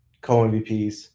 co-MVPs